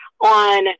on